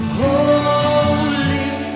holy